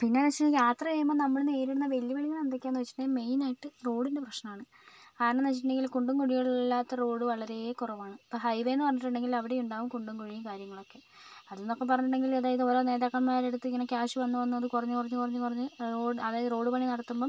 പിന്നെന്ന് വെച്ചിട്ടുണ്ടെങ്കിൽ യാത്ര ചെയ്യുമ്പോൾ നമ്മള് നേരിടുന്ന വെല്ലുവിളികൾ എന്തൊക്കെയാണെന്ന് വെച്ചിട്ടുണ്ടെങ്കിൽ മെയിനായിട്ട് റോഡിൻ്റെ പ്രശ്നമാണ് കാരണം എന്ന് വെച്ചിണ്ടെങ്കില് കുണ്ടും കുഴികളും ഇല്ലാത്ത റോഡ് വളരേ കുറവാണ് ഇപ്പം ഹൈവേ എന്ന് പറഞ്ഞിട്ടുണ്ടെങ്കില് അവിടെ ഉണ്ടാകും കുണ്ടും കുഴിയും കാര്യങ്ങളക്കെ അത് എന്നൊക്കെ പറഞ്ഞിട്ടുണ്ടെങ്കില് അതായത് ഓരോ നേതാക്കൻമാരടുത്ത് ഇങ്ങനെ കാശ് വന്ന് വന്ന് അത് കുറഞ്ഞ് കുറഞ്ഞ് കുറഞ്ഞ് റോ അതായത് റോഡ് പണി നടത്തുമ്പം